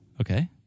Okay